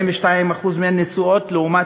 42% מהן נשואות, לעומת